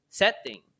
setting